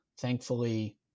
thankfully